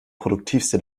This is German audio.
produktivste